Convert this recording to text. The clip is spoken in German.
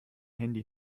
handy